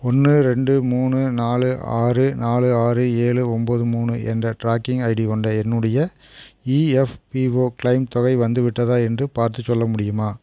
ஒன்று ரெண்டு மூணு நாலு ஆறு நாலு ஆறு ஏழு ஒம்பது மூணு என்ற ட்ராக்கிங் ஐடி கொண்ட என்னுடைய இஎஃப்பிஓ க்ளெய்ம் தொகை வந்துவிட்டதா என்று பார்த்துச் சொல்ல முடியுமா